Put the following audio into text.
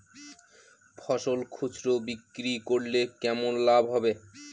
ফসল খুচরো বিক্রি করলে কেমন লাভ হবে?